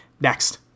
Next